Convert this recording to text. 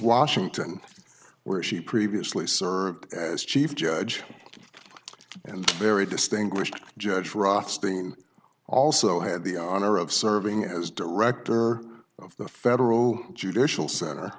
washington where she previously served as chief judge and very distinguished judge rothstein also had the honor of serving as director of the federal judicial center